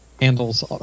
handles